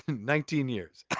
nineteen years.